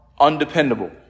undependable